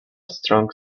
strong